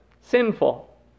sinful